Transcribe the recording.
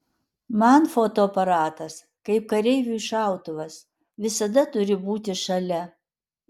man fotoaparatas kaip kareiviui šautuvas visada turi būti šalia